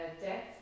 death